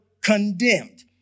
condemned